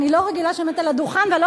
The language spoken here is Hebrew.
אני לא רגילה שאני עומדת על הדוכן ואני